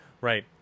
Right